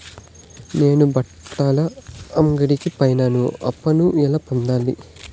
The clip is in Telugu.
నేను బట్టల అంగడి పైన అప్పును ఎలా పొందాలి?